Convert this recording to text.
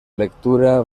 lectura